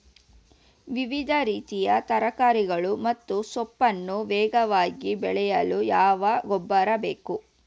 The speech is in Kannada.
ವಿವಿಧ ರೀತಿಯ ತರಕಾರಿಗಳು ಮತ್ತು ಸೊಪ್ಪನ್ನು ವೇಗವಾಗಿ ಬೆಳೆಯಲು ಯಾವ ಗೊಬ್ಬರ ಬೇಕು?